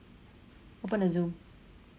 open the zoom